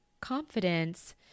confidence